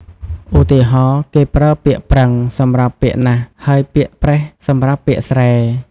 ឧទាហរណ៍ គេប្រើពាក្យ "ប្រឹង" សម្រាប់ពាក្យ "ណាស់" ហើយពាក្យ "ប្រេះ" សម្រាប់ពាក្យ "ស្រែ"។